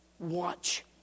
Watch